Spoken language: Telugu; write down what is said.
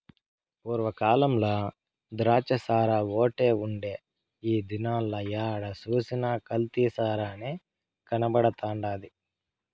పూర్వ కాలంల ద్రాచ్చసారాఓటే ఉండే ఈ దినాల ఏడ సూసినా కల్తీ సారనే కనబడతండాది